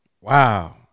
wow